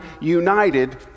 united